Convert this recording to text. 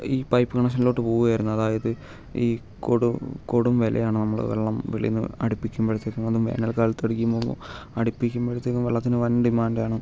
ഈ പൈപ്പ് കണ്ണക്ഷനിലോട്ട് പോവുകയായിരുന്നു അതായത് ഈ കൊടും കൊടും വിലയാണ് നമ്മൾ വെള്ളം വെളിയിൽനിന്ന് അടിപ്പിക്കുമ്പോഴത്തേക്കും കാരണം വേനൽ കാലത്ത് അടിക്കുമ്പോൾ അടിപ്പിക്കുമ്പോഴത്തേക്കും വെള്ളത്തിന് വൻ ഡിമാൻഡ് ആണ്